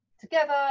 together